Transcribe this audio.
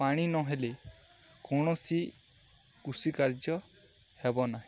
ପାଣି ନହେଲେ କୌଣସି କୃଷି କାର୍ଯ୍ୟ ହେବ ନାହିଁ